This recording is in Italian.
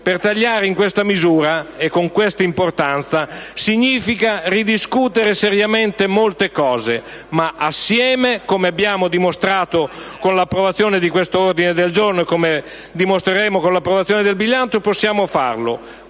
Tagliare in questa misura e con questa importanza significa ridiscutere seriamente molte cose, ma assieme - come abbiamo dimostrato con l'approvazione di questo ordine del giorno e come dimostreremo con l'approvazione del bilancio - possiamo farlo.